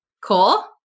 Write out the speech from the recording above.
Cool